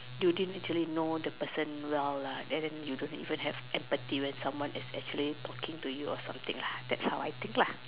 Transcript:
you didn't actually know the person well lah and then you don't even have empathy when someone is actually talking to you or something lah that's how I think lah